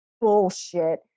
bullshit